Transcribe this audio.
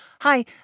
hi